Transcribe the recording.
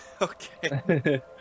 Okay